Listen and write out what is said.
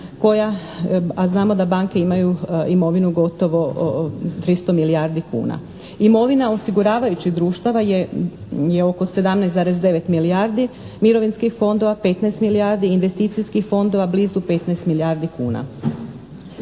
a znamo da banke imaju imovinu gotovo 300 milijardi kuna. Imovina osiguravajućih društava je oko 17,9 milijardi, mirovinskih fondova 15 milijardi, investicijskih fondova blizu 15 milijardi kuna.